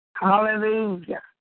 Hallelujah